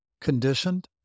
conditioned